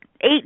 eight